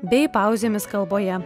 bei pauzėmis kalboje